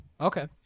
Okay